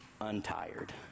untired